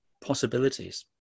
possibilities